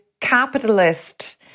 capitalist